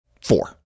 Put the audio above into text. four